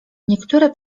niektóre